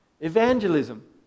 Evangelism